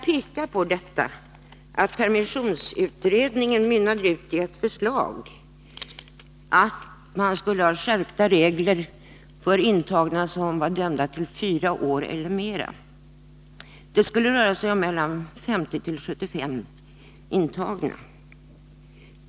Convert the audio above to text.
Permissionsutredningen utmynnade i ett förslag om skärpta regler för intagna, dömda till fyra års fängelse eller mer. Det skulle röra sig om 50-75 intagna.